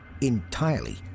Entirely